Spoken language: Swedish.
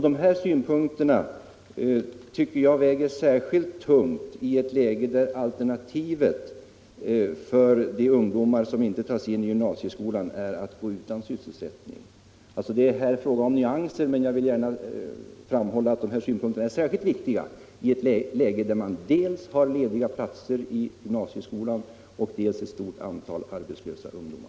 Dessa synpunkter tycker jag väger särskilt tungt i ett läge där alter nativet för de ungdomar som inte tas in i gymnasieskolan är att gå utan — Nr 29